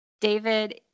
David